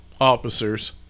officers